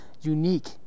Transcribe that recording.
unique